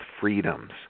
freedoms